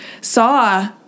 saw